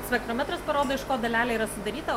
spektrometras parodo iš ko dalelė yra sudaryta